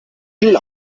viel